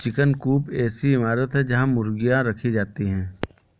chicken coop एक ऐसी इमारत है जहां मुर्गियां रखी जाती हैं